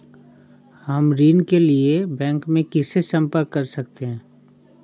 हम ऋण के लिए बैंक में किससे संपर्क कर सकते हैं?